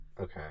Okay